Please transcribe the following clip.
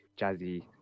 jazzy